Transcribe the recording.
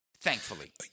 Thankfully